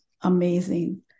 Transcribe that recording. amazing